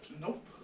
Nope